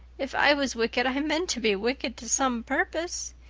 if i was wicked i meant to be wicked to some purpose.